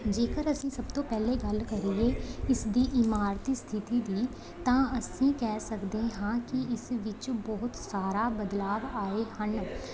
ਜੇਕਰ ਅਸੀਂ ਸਭ ਤੋਂ ਪਹਿਲੇ ਗੱਲ ਕਰੀਏ ਇਸ ਦੀ ਇਮਾਰਤੀ ਸਥਿਤੀ ਦੀ ਤਾਂ ਅਸੀਂ ਕਹਿ ਸਕਦੇ ਹਾਂ ਕਿ ਇਸ ਵਿੱਚ ਬਹੁਤ ਸਾਰਾ ਬਦਲਾਵ ਆਏ ਹਨ